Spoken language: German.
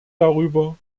darüber